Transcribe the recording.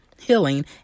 healing